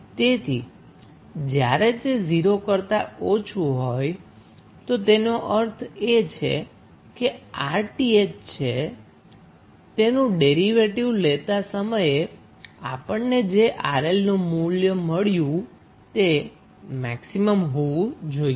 તેથી જ્યારે તે 0 કરતા ઓછું હોય તો તેનો અર્થ એ છે કે 𝑅𝑇ℎ જે છે તેનું ડેરીવેટીવ લેતા સમયે આપણને જે 𝑅𝐿 મૂલ્ય મળ્યું છે તે મેક્સિમમ હોવું જોઈએ